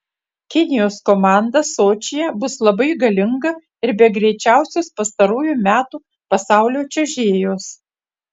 kinijos komanda sočyje bus labai galinga ir be greičiausios pastarųjų metų pasaulio čiuožėjos